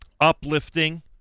uplifting